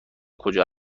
کجا